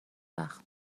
وقت